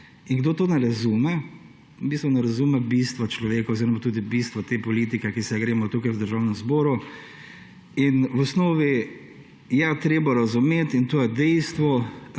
Kdor tega ne razume, v bistvu ne razume bistva človeka oziroma tudi bistva te politike, ki se jo gremo tukaj v Državnem zboru. V osnovi je treba razumeti, in to je dejstvo,